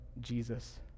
Jesus